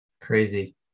Crazy